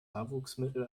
haarwuchsmittel